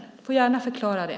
Du får gärna förklara det.